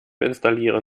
installieren